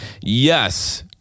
yes